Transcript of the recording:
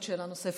יש שאלה נוספת,